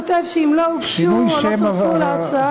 בתקנון כתוב שאם לא הוגשו או לא צורפו להצעה,